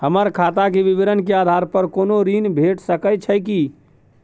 हमर खाता के विवरण के आधार प कोनो ऋण भेट सकै छै की?